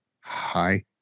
Hi